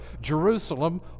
Jerusalem